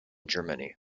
germany